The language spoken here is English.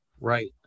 Right